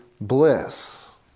Bliss